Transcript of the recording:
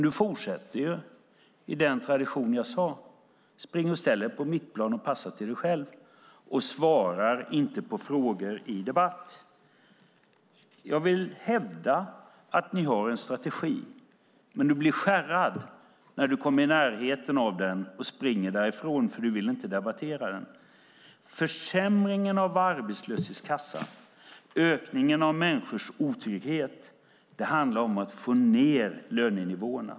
Du fortsätter ju i den tradition jag nämnde, springer och ställer dig på mittplanen, passar till dig själv och svarar inte på frågor i debatt. Jag vill hävda att ni har en strategi, men du blir skärrad när du kommer i närheten av den och springer därifrån, för du vill inte debattera den. Försämringen av arbetslöshetskassan, ökningen av människors otrygghet handlar om att få ned lönenivåerna.